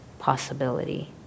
possibility